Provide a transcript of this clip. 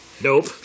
Nope